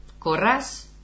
Corras